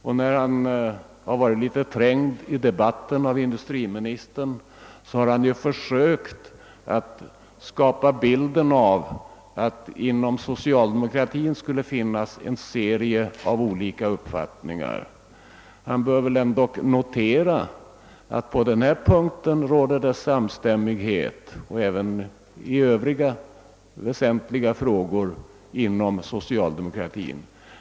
När han i debatten har varit litet trängd av industriministern, har han försökt skapa bilden av att det inom socialdemokratin skulle finnas en serie av olika uppfattningar. Herr Ohlin bör väl ändock notera, att det i denna fråga råder samstämmighet, liksom även i Övriga väsentliga frågor, inom socialdemokratin.